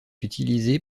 utilisé